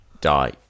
Die